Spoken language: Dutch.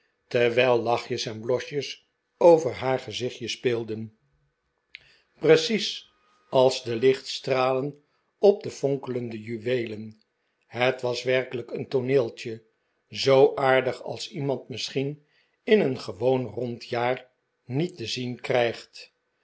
terwijl lachjes en blosjes over haar gezichtje speelden precies als de lichtstralen op de fonkelende juweelen het was werkelijk een tooneeltje zoo aardig als iemand misschien in een gewoon rond jaar niet te zien krijgt